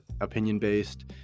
opinion-based